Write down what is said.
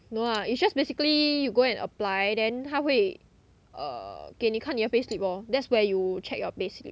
no lah is just basically you go and apply then 他会 err 给你看你的 payslip lor that's where you check your payslip